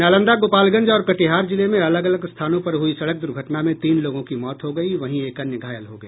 नालंदा गोपालगंज और कटिहार जिले में अलग अलग स्थानों पर हुई सड़क दुर्घटना में तीन लोगों की मौत हो गयी वहीं एक अन्य घायल हो गया